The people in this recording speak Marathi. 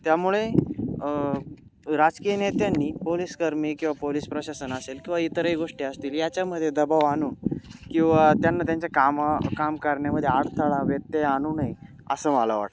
त्यामुळे राजकीय नेत्यांनी पोलिसकर्मी किंवा पोलिस प्रशासन असेल किंवा इतरही गोष्टी असतील याच्यामध्ये दबा आणून किंवा त्यांना त्यांच्या कामं कामं करण्यामध्ये अडथळा व्यत्यय आणू नये असं मला वाटतं